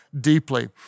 deeply